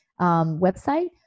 website